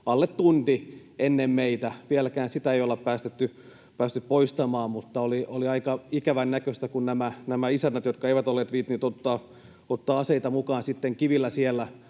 alle tunti ennen meitä. Vieläkään sitä ei olla päästy poistamaan. Oli aika ikävän näköistä, kun nämä isännät, jotka eivät olleet viitsineet ottaa aseita mukaan, sitten kivillä siellä